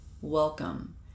Welcome